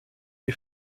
des